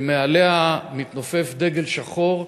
שמעליה מתנופף דגל שחור,